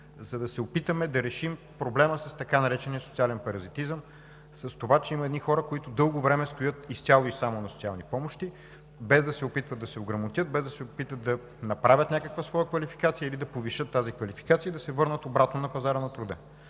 за да се опитаме да решим проблема с така наречения социален паразитизъм, с това, че има едни хора, които дълго време стоят изцяло и само на социални помощи, без да се опитват да се ограмотят, без да се опитат да направят някаква своя квалификация или да повишат тази квалификация и да се върнат обратно на пазара на труда.